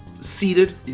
seated